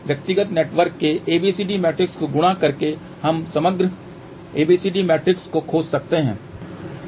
व्यक्तिगत नेटवर्क के ABCD matrix को गुणा करके हम समग्र ABCD मैट्रिक्स को खोज सकते हैं